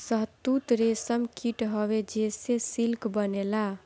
शहतूत रेशम कीट हवे जेसे सिल्क बनेला